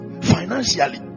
financially